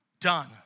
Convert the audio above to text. Done